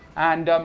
and